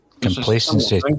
Complacency